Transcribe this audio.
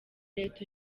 leta